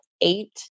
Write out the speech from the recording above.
eight